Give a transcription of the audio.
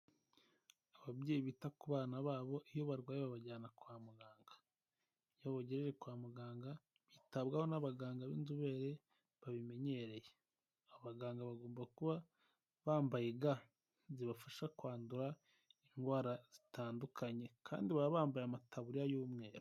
Ababyeyi bita ku bana babo, iyo barwaye babajyana kwa muganga, iyo babagejeje kwa muganga bitabwaho n'abaganga b'inzobere babimenyereye, abaganga bagomba kuba bambaye ga zibafasha kwandura indwara zitandukanye kandi baba bambaye amataburiya y'umweru.